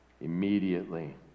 immediately